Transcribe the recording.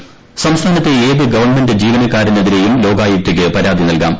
മമത സംസ്ഥാനത്തെ ഏതു ഗവൺമെന്റ് ജീവനക്കാരനെതിരെയും ലോകായുക്തക്കു പരാതി നൽകാം